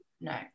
No